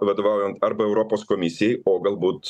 vadovaujant arba europos komisijai o galbūt